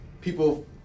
people